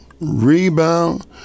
rebound